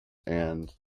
and